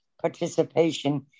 participation